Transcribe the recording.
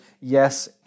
yes